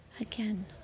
Again